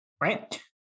right